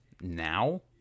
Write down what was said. now